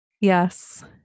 Yes